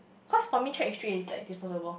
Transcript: cause for me check history is like disposable